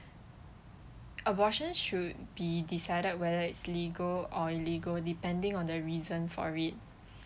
abortion should be decided whether it's legal or illegal depending on the reason for it